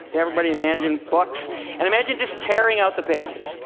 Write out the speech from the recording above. everybody imagine books and imagine just tearing out the pages.